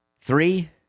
Three